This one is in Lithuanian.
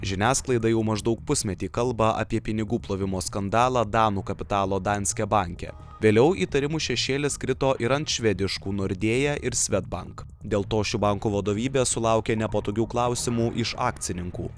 žiniasklaida jau maždaug pusmetį kalba apie pinigų plovimo skandalą danų kapitalo danske banke vėliau įtarimų šešėlis krito ir ant švediškų nordėja ir swedbank dėl to šių bankų vadovybė sulaukė nepatogių klausimų iš akcininkų